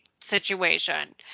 situation